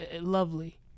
Lovely